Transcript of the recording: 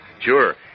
Sure